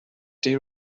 they